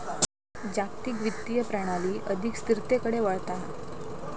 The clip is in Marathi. जागतिक वित्तीय प्रणाली अधिक स्थिरतेकडे वळता हा